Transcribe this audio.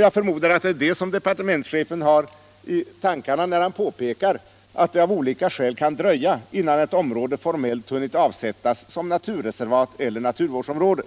Jag förmodar att det är det departementschefen har i tankarna när han påpekar att det av olika skäl kan dröja innan ett område formellt hinner avsättas som naturreservat eller naturvårdsområde.